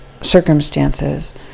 circumstances